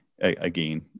again